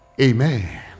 amen